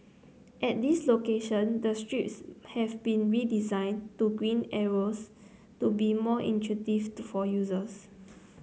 at these location the strips have been redesigned to green arrows to be more intuitive for users